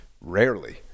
rarely